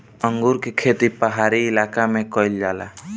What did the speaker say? अंगूर के खेती पहाड़ी इलाका में भी कईल जाला